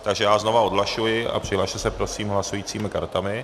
Takže já znovu odhlašuji a přihlaste se prosím hlasujícími kartami.